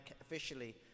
officially